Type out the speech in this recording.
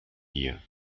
hier